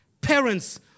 parents